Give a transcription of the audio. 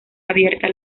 abierta